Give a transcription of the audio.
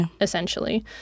essentially